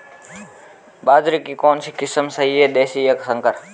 बाजरे की कौनसी किस्म सही हैं देशी या संकर?